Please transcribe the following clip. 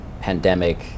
pandemic